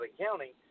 County